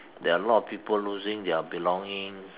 there are a lot of people losing their belongings